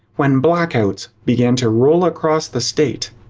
when blackouts began to roll across the state.